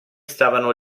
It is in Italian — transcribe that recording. stavano